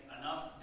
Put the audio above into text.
enough